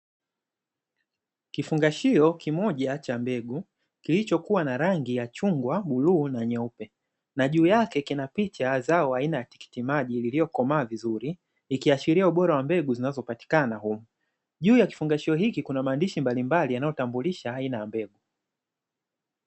Kifungashio kimoja cha mbegu kilichokua na rangi ya chungwa, bluu na nyeupe. Na juu yake kina picha ya zao aina ya tikiti maji lililokomaa vizuri, ikiashiria ubora wa mbegu zinazopatikana humo. Juu ya kifungashio hiki kuna maandishi mbalimbali yanayotambulisha aina ya mbegu.